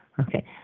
Okay